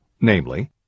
namely